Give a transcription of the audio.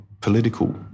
political